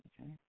Okay